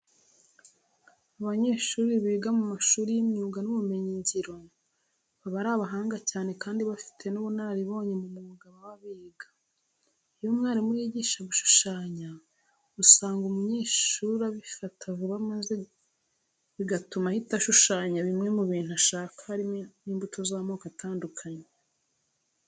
Abanyeshuri biga mu mashuri y'imyuga n'ubumenyingiro baba ari abahanga cyane kandi bafite n'ubunararibonye mu mwuga baba biga. Iyo umwarimu yigisha gushushanya, usanga umunyeshuri abifata vuba maze bigatuma ahita ashushanya bimwe mu bintu ashaka harimo imbuto z'amoko atandukanye.